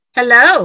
Hello